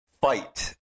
fight